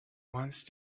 once